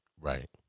Right